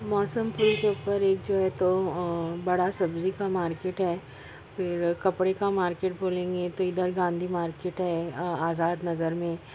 موسم کے اوپر ایک جو تو بڑا سبزی کا مارکٹ ہے پھر کپڑے کا مارکٹ بولیں گے تو ادھر گاندھی مارکٹ ہے آ آزاد نگر میں